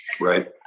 Right